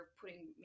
putting